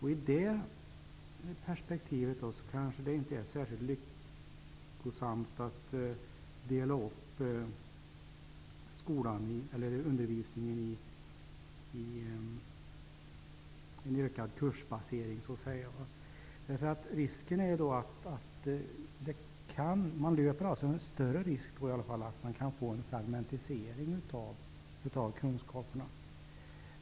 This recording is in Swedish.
I det perspektivet kanske det inte är särskilt lyckosamt att öka kursbaseringen i undervisningen. Man löper större risk för fragmentisering av kunskaperna.